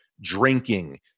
drinking